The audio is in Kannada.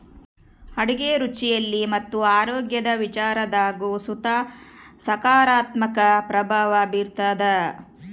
ಅಡುಗೆ ರುಚಿಯಲ್ಲಿ ಮತ್ತು ಆರೋಗ್ಯದ ವಿಚಾರದಾಗು ಸುತ ಸಕಾರಾತ್ಮಕ ಪ್ರಭಾವ ಬೀರ್ತಾದ